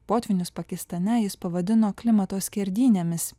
potvynius pakistane jis pavadino klimato skerdynėmis